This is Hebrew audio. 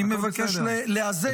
אני מבקש לאזן.